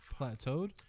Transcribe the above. Plateaued